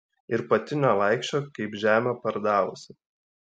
ir pati nevaikščiok kaip žemę pardavusi